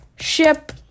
Ship